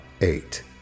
eight